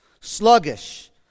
sluggish